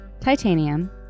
titanium